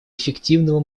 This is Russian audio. эффективного